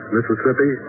Mississippi